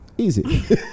Easy